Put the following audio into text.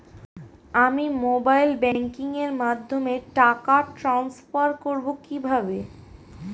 আমি mobile banking এর মাধ্যমে টাকা টান্সফার করব কিভাবে?